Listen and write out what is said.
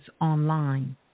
online